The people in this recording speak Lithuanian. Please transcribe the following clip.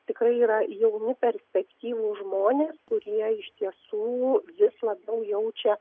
tikrai yra jauni perspektyvūs žmonės kurie iš tiesų vis labiau jaučia